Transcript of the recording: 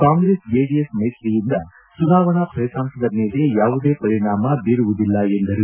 ಕಾಂಗ್ರೆಸ್ ಜೆಡಿಎಸ್ ಮೈತ್ರಿಯಿಂದ ಚುನಾವಣಾ ಫಲಿತಾಂಶದ ಮೇಲೆ ಯಾವುದೇ ಪರಿಣಾಮ ಬೀರುವುದಿಲ್ಲ ಎಂದರು